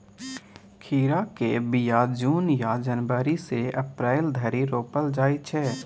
खीराक बीया जुन या जनबरी सँ अप्रैल धरि रोपल जाइ छै